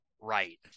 right